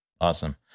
Awesome